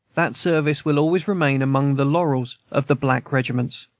that service will always remain among the laurels of the black regiments.